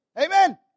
Amen